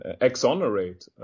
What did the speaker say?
exonerate